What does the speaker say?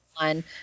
one